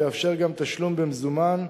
ויאפשר גם תשלום במזומן,